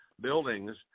buildings